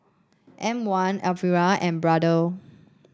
M one Aprilia and Brother